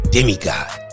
Demigod